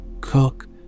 cook